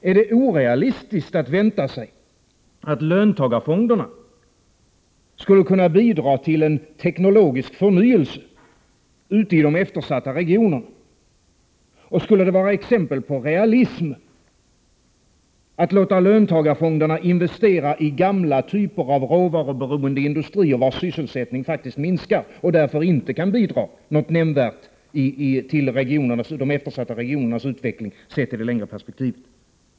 Är det orealistiskt att vänta sig att löntagarfonderna skall kunna bidra till en teknologisk förnyelse ute i de eftersatta regionerna? Skulle det vara exempel på realism att låta löntagarfonderna investera i den gamla typen av råvaruberoende industrier, vars sysselsättning faktiskt minskar och som därför inte nämnvärt kan bidra till de eftersatta regionernas utveckling, sett i det längre perspektivet?